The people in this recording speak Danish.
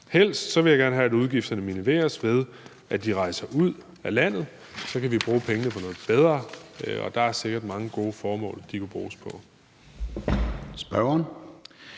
Helst vil jeg gerne have, at udgifterne minimeres, ved at de rejser ud af landet, for så kan vi bruge pengene på noget bedre, og der er sikkert mange gode formål, de kunne bruges på.